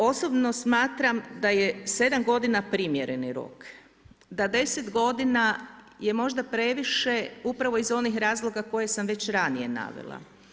Osobno smatram da je 7 godina primjereni rok, da 10 godina je možda previše upravo iz onih razloga koje sam već ranije navela.